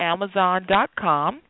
Amazon.com